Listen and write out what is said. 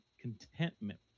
contentment